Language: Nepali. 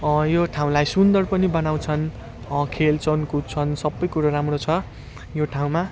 यो ठाउँलाई सुन्दर पनि बनाउँछन् खेल्छन् कुद्छन् सबै कुरो राम्रो छ यो ठाउँमा